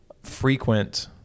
frequent